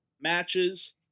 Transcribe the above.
matches